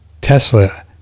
Tesla